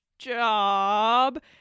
job